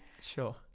Sure